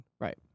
Right